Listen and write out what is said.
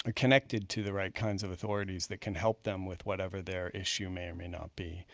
ah connected to the right kinds of authorities that can help them with whatever their issue may or may not be.